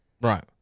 right